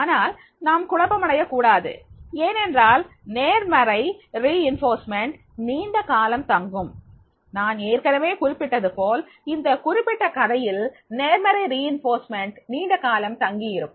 ஆனால் நாம் குழப்பமடைய கூடாது ஏனென்றால் நேர்மறை வலுவூட்டல் நீண்ட காலம் தங்கும் நான் ஏற்கனவே குறிப்பிட்டது போல் அந்த குறிப்பிட்ட கதையில் நேர்மறை வலுவூட்டல் நீண்ட காலம் தங்கி இருக்கும்